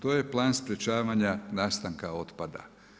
To je plan sprječavanja nastanka otpada.